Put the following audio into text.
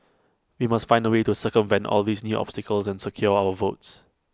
we must find A way to circumvent all these new obstacles and secure our votes